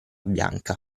bianca